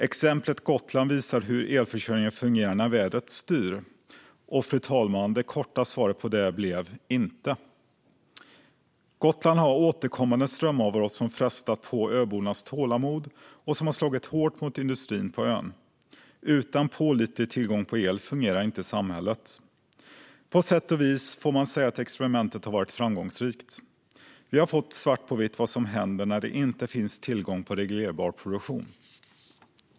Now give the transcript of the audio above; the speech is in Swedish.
Exemplet Gotland skulle visa hur elförsörjningen fungerar när vädret styr, fru talman. Det korta svaret blev - inte. Det förekommer återkommande strömavbrott på Gotland, och de har frestat på öbornas tålamod och slagit hårt mot industrin på ön. Utan pålitlig tillgång på el fungerar inte samhället. På sätt och vis får man säga att experimentet har varit framgångsrikt. Vi har fått svart på vitt vad som händer när det inte finns tillgång på reglerbar produktion.